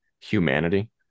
humanity